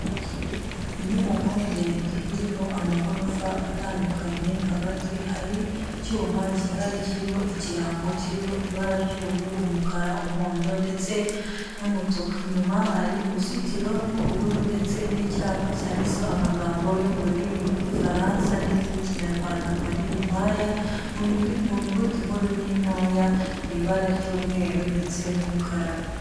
Inyubako ndende iriho amagorofa atandukanye, hagati hari icyuma gihari kiriho ikirango kiriho ibara ry'ubururu, umukara, umuhondo, ndetse n'umutuku, inyuma hari uruzitiro rw'ubururu ndetse n'icyapa cyanditseho amagambo yo mu rurimi rw'igifaransa ndetse n'ikinyarwanda kwa Nyirinkwaya, mu nyuguti nkuru n'intoya, mu ibara ry'umweru ndetse n'umukara.